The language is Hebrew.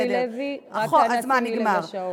חברת הכנסת אורלי לוי, רק אנא שימי לב לשעון.